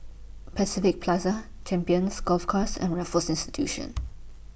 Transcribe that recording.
Pacific Plaza Champions Golf Course and Raffles Institution